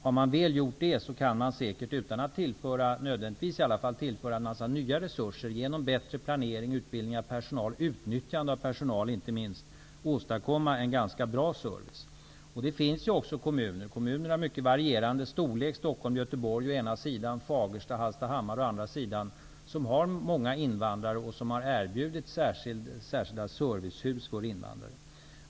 Har man väl gjort det kan man säkert -- utan att nödvändigtvis tillföra en massa nya resurser -- genom bättre planering, utbildning av personal och inte minst genom utnyttjande av personal åstadkomma en ganska bra service. Kommunerna är av mycket varierande storlek. Vi har Stockholm och Göteborg å ena sidan, Fagersta och Hallstahammar å den andra som har många invandrare och som har erbjudit särskilda servicehus för invandrare.